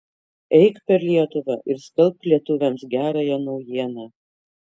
eik per lietuvą ir skelbk lietuviams gerąją naujieną